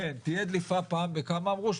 כן תהיה דליפה, פעם בכמה אמרו?